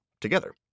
together